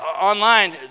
Online